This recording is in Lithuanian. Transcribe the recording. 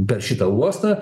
per šitą uostą